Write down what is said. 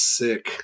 sick